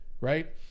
right